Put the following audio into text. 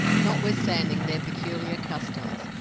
notwithstanding their peculiar customs,